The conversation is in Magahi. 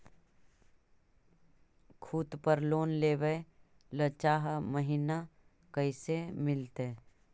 खूत पर लोन लेबे ल चाह महिना कैसे मिलतै?